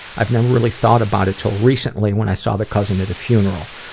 i've never really thought about it until recently when i saw the cousin at a funeral.